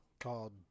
called